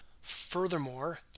Furthermore